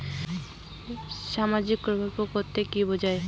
সামাজিক প্রকল্প বলতে কি বোঝায়?